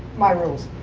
my rules.